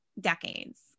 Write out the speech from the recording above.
decades